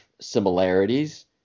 similarities